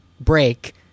break